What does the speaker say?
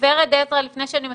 ורד עזרא, לפני שאני מסכמת,